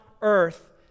earth